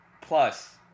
Plus